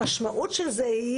המשמעות של זה היא